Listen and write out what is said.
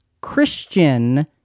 Christian